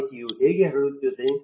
ಮಾಹಿತಿಯು ಹೇಗೆ ಹರಿಯುತ್ತದೆ